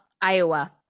Iowa